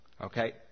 Okay